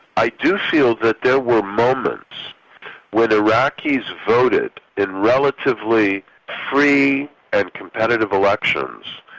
i do feel that there were moments when iraqis voted in relatively free and competitive elections,